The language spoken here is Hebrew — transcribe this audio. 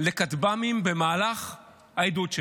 לכטב"מים במהלך העדות שלו.